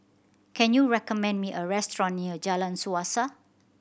can you recommend me a restaurant near Jalan Suasa